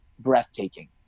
breathtaking